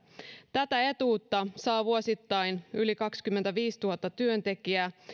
tätä etuutta saa vuosittain yli kaksikymmentäviisituhatta työntekijää